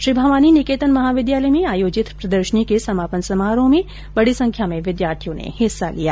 श्री भवानी निकेतन महाविद्यालय में आयोजित प्रदर्शनी के समापन समारोह में बड़ी संख्या में विद्यार्थियों ने हिस्सा लिया